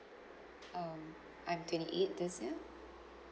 um I'm twenty eight this year